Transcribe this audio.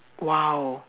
!wow!